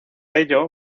ello